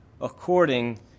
according